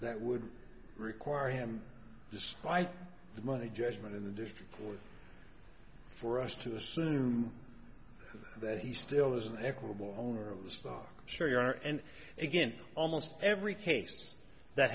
that would require him despite the money judgment in the district court for us to assume that he still is an equitable owner of the star sure you are and again almost every case that